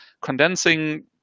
condensing